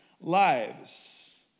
lives